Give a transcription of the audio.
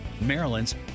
Maryland's